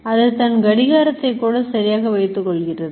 அது தன் கடிகாரத்தை கூட சரியாக வைத்துக்கொள்கிறது